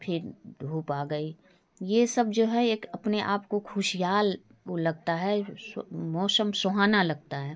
फिर धूप आ गई ये सब जो है एक अपने आप को खुशहाल लगता है मौसम सुहाना लगता है